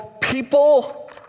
people